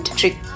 trick